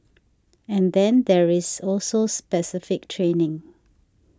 and then there's also specific training